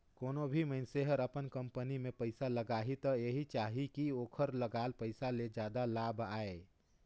कोनों भी मइनसे हर अपन कंपनी में पइसा लगाही त एहि चाहही कि ओखर लगाल पइसा ले जादा लाभ आये